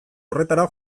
horretara